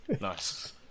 nice